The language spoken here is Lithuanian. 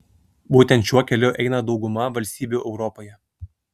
būtent šiuo keliu eina dauguma valstybių europoje